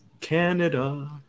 Canada